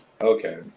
Okay